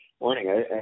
morning